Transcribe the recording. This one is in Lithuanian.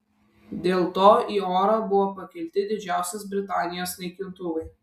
dėl to į orą buvo pakelti didžiosios britanijos naikintuvai